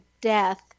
death